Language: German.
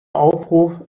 aufruf